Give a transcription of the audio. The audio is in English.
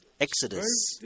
Exodus